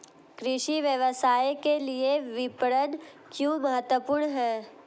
कृषि व्यवसाय के लिए विपणन क्यों महत्वपूर्ण है?